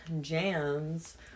jams